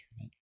right